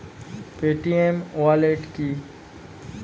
Paytm wallet কি?